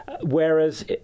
Whereas